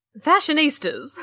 fashionistas